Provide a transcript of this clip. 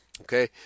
Okay